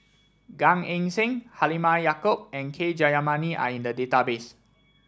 Gan Eng Seng Halimah Yacob and K Jayamani are in the database